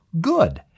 good